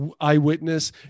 eyewitness